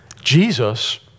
Jesus